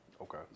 Okay